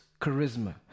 charisma